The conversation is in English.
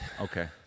Okay